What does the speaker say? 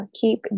Keep